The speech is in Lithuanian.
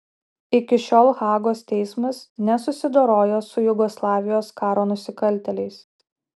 iki šiol hagos teismas nesusidoroja su jugoslavijos karo nusikaltėliais